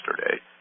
yesterday